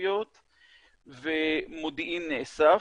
ספציפיות ומודיעין נאסף.